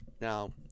now